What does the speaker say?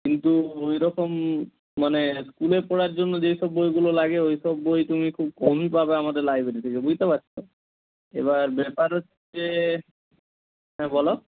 কিন্তু ওই রকম মানে স্কুলে পড়ার জন্য যেই সব বইগুলো লাগে ওই সব বই তুমি খুব কমই পাবে আমাদের লাইব্রেরি থেকে বুঝতে পারছো এবার ব্যাপার হচ্ছে হ্যাঁ বলো